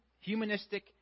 humanistic